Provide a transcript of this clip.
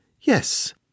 yes